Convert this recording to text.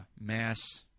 mass